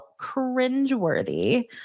cringeworthy